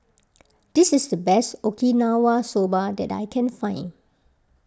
this is the best Okinawa Soba that I can find